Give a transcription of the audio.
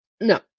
no